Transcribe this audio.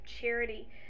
charity